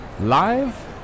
live